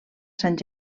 sant